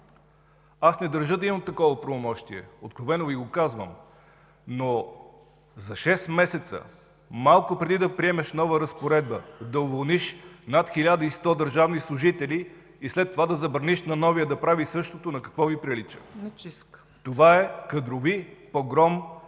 Аз не държа да имам такова правомощие. Откровено Ви го казвам, но за шест месеца малко преди да приемеш нова разпоредба да уволниш над 1100 държавни служители и след това да забраниш на новия да прави същото, на какво Ви прилича? ПРЕДСЕДАТЕЛ ЦЕЦКА ЦАЧЕВА: